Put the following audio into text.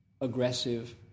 aggressive